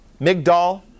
Migdal